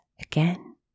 Again